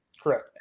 Correct